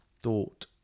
thought